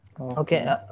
Okay